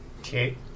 Okay